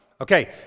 Okay